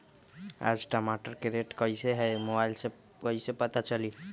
आज टमाटर के रेट कईसे हैं मोबाईल से कईसे पता चली?